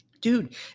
Dude